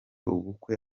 ubukwe